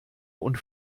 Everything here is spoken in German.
und